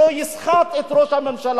שלא יסחטו את ראש הממשלה,